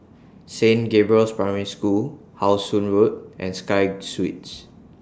Saint Gabriel's Primary School How Sun Road and Sky Suites